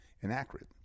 inaccurate